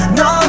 no